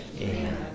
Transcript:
Amen